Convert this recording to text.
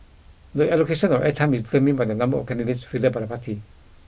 the allocation of air time is determined by the number of candidates fielded by the party